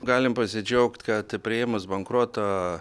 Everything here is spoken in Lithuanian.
galim pasidžiaugt kad priėmus bankroto